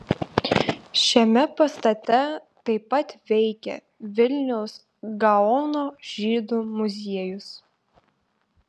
šiame pastate taip pat veikia vilniaus gaono žydų muziejus